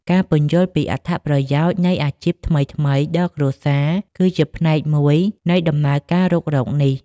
ការពន្យល់ពីអត្ថប្រយោជន៍នៃអាជីពថ្មីៗដល់គ្រួសារ គឺជាផ្នែកមួយនៃដំណើរការរុករកនេះ។